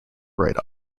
write